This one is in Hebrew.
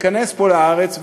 שייכנס פה לארץ,